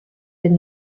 been